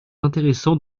intéressant